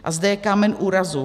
A zde je kámen úrazu.